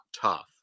tough